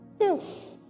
Yes